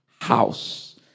house